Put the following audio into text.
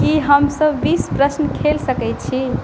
की हमसब बीस प्रश्न खेल सकै छी